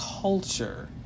culture